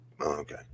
okay